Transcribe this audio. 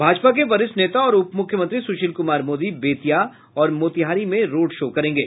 भाजपा के वरिष्ठ नेता और उपमुख्यमंत्री सुशील कुमार मोदी बेतिया और मोतिहारी में रोड शो करेंगे